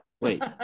wait